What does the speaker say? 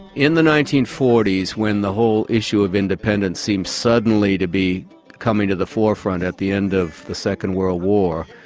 in the nineteen forty s when the whole issue of independence seemed suddenly to be coming to the forefront at the end of the second world war,